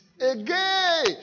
again